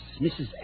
Mrs